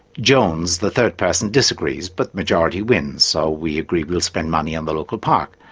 jones, the third person, disagrees, but majority wins, so we agreed we'll spend money on the local park.